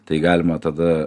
tai galima tada